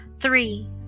three